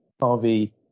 Harvey